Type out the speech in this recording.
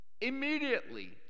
Immediately